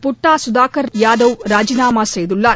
புட்டா சுதாகர் யாதவ் ராஜினாமா செய்தள்ளார்